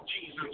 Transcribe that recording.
Jesus